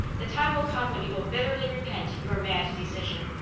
the time will come when you will bitterly repent your mad decision.